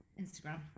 Instagram